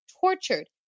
tortured